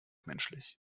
menschlich